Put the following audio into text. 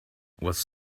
was